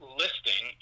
listing